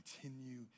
continue